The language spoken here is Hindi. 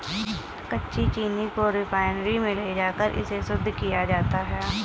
कच्ची चीनी को रिफाइनरी में ले जाकर इसे और शुद्ध किया जाता है